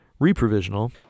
reprovisional